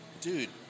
Dude